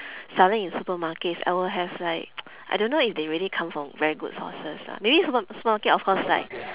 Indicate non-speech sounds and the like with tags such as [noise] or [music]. selling in supermarkets I will have like [noise] I don't know if they really come from very good sources lah maybe super~ supermarkets of course like